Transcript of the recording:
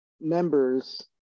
members